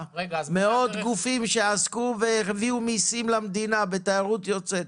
מה עם מאות הגופים שעסקו והביאו מיסים למדינה בתיירות היוצאת,